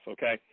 Okay